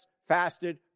fasted